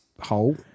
hole